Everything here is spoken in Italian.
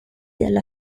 della